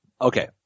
okay